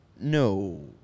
No